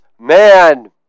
man